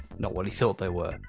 not what he thought they were,